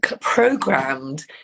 Programmed